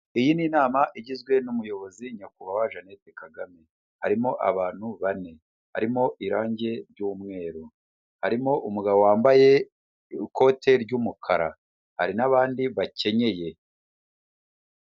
Iyi ni inama igizwe n'Umuyobozi Nyakubahwa Jeanette Kagame. Harimo abantu bane. Harimo irangi ry'umweru. Harimo umugabo wambaye ikote ry'umukara. Hari n'abandi bakenyeye.